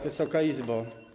Wysoka Izbo!